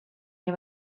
nie